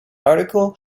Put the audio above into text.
article